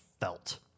felt